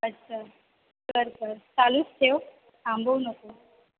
अच्छा कर कर चालूच ठेव थांबवू नको